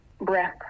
Breath